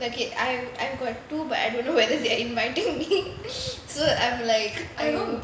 like it I I got two but I don't know whether they are inviting so I'm like I'm